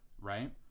right